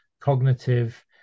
cognitive